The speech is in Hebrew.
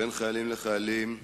בין חיילים לחיילים,